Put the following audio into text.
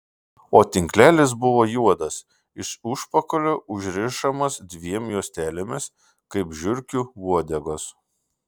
o tinklelis buvo juodas iš užpakalio užrišamas dviem juostelėmis kaip žiurkių uodegos